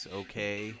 okay